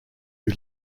who